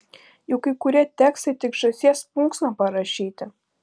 juk kai kurie tekstai tik žąsies plunksna parašyti